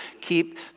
keep